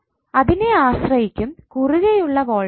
അതിനെ ആശ്രയിച്ചിരിക്കും കുറുകെയുള്ള വോൾട്ടേജ്